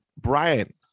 Brian